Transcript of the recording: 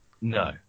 no